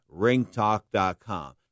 RingTalk.com